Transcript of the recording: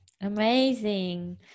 amazing